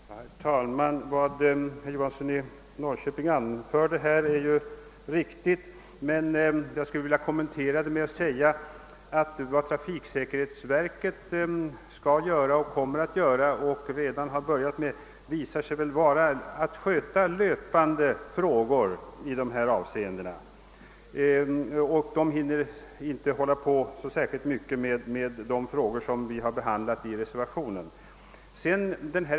Herr talman! Vad herr Johansson i Norrköping anfört är ju riktigt, men jag skulle vilja komplettera det med att säga att vad trafiksäkerhetsverket skall göra och redan har börjat göra väl ändå är att sköta löpande frågor i de avseenden vi nu diskuterar. Det hinner inte ägna sig särskilt. mycket åt de frågor som vi behandlat i reservationen.